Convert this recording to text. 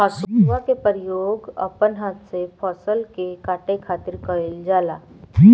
हसुआ के प्रयोग अपना हाथ से फसल के काटे खातिर कईल जाला